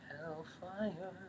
Hellfire